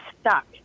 stuck